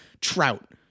Trout